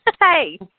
Hey